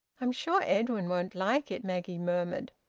i'm sure edwin won't like it, maggie murmured.